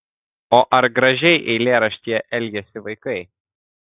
o ar gražiai eilėraštyje elgiasi vaikai